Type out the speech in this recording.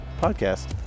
podcast